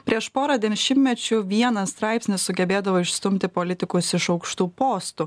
prieš porą denšimtmečių vienas straipsnis sugebėdavo išstumti politikus iš aukštų postų